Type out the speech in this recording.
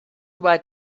white